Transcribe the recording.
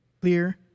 clear